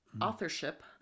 authorship